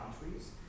countries